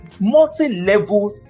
multi-level